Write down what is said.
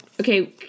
Okay